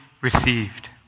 received